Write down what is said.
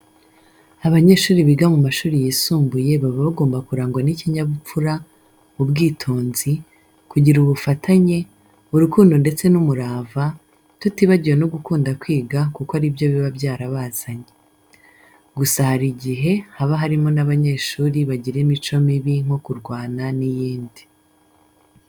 Abanyeshuri biga mu mashuri yisumbuye baba bagomba kurangwa n'ikinyabupfura, ubwitonzi, kugira ubufatanye, urukundo ndetse n'umurava, tutibagiwe no gukunda kwiga kuko ari byo biba byarabazanye. Gusa hari igihe haba harimo n'abanyeshuri bagira imico mibi nko kurwana n'iyindi.